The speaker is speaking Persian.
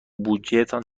بودجهتان